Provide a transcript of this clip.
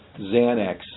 Xanax